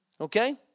Okay